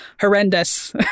horrendous